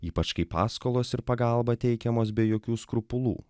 ypač kai paskolos ir pagalba teikiamos be jokių skrupulų